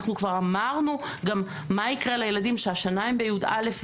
אנחנו גם אמרנו מה יקרה לילדים שהשנה הם בי"א,